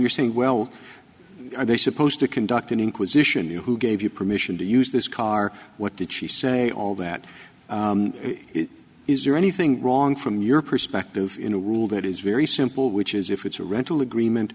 you're saying well are they supposed to conduct an inquisition who gave you permission to use this car what did she say all that is there anything wrong from your perspective in a rule that is very simple which is if it's a rental agreement